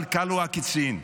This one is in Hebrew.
אבל כלו הקיצין.